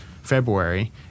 February